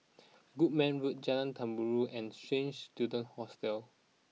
Goodman Road Jalan Terubok and Straits Students Hostel